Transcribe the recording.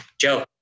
Joe